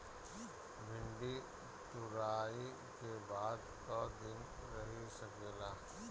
भिन्डी तुड़ायी के बाद क दिन रही सकेला?